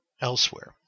elsewhere